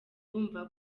bumva